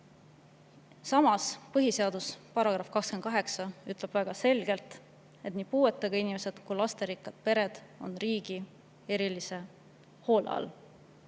Samas, põhiseaduse § 28 ütleb väga selgelt, et nii puuetega inimesed kui lasterikkad pered on riigi erilise hoole all.